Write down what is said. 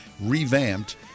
revamped